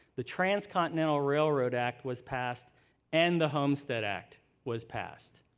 the transcontinental railroad act was passed and the homestead act was passed.